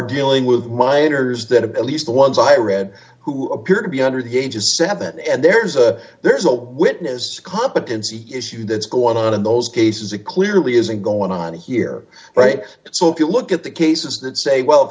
dealing with minors that a bit least the ones i read who appear to be under the age of seven and there's a there's no britney as competency issue that's going on in those cases it clearly isn't going on here right so if you look at the cases that say well if